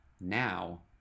now